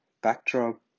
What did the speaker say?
backdrop